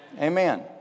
Amen